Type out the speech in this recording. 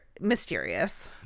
mysterious